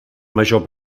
major